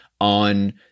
on